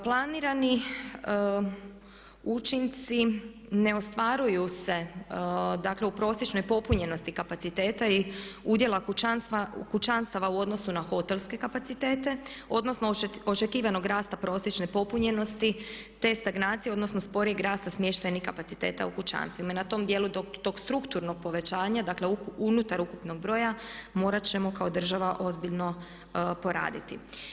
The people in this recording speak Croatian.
Planirani učinci ne ostvaruju se dakle u prosječnoj popunjenosti kapaciteta i udjela kućanstava u odnosu na hotelske kapacitete odnosno očekivanog rasta prosječne popunjenosti te stagnacije odnosno sporijeg rasta smještajnih kapaciteta u kućanstvima i na tom dijelu tog strukturnog povećanja, dakle unutar ukupnog broja morati ćemo kao država ozbiljno poraditi.